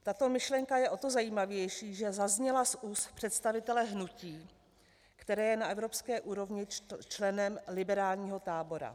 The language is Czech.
Tato myšlenka je o to zajímavější, že zazněla z úst představitele hnutí, které je na evropské úrovni členem liberálního tábora.